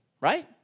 right